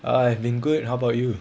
I have been good how about you